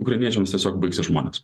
ukrainiečiams tiesiog baigsis žmonės